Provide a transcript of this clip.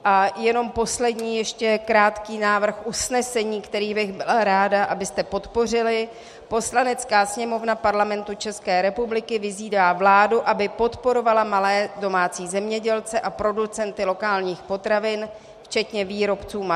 A jenom poslední ještě krátký návrh usnesení, který bych byla ráda, abyste podpořili: Poslanecká sněmovna Parlamentu České republiky vyzývá vládu, aby podporovala malé domácí zemědělce a producenty lokálních potravin včetně výrobců masa.